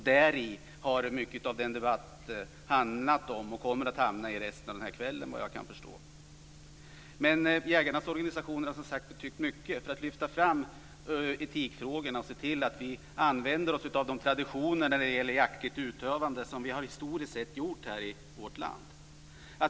Detta har mycket av denna debatt handlat om, och den kommer att handla om det resten av kvällen, såvitt jag kan förstå. Men jägarnas organisationer har som sagt betytt mycket för att lyfta fram etikfrågorna och se till att vi använder oss av de traditioner när det gäller jaktligt utövande som vi har gjort historiskt sett i vårt land.